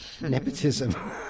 Nepotism